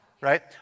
right